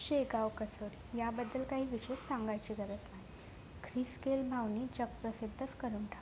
शेगाव कचोरी याबद्दल काही विशेष सांगायची गरज नाही ख्रिस केल भाऊंनी चक्क सिद्धच करून टाकलंय